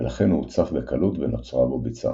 ולכן הוא הוצף בקלות ונוצרה בו ביצה